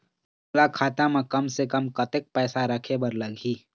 मोला खाता म कम से कम कतेक पैसा रखे बर लगही?